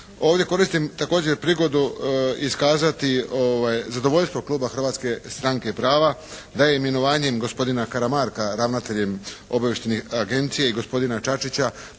Ovdje koristim također prigodu iskazati zadovoljstvo kluba Hrvatske stranke prava da je imenovanjem gospodina Karamarka ravnateljem Obavještajne agencije i gospodina Čačića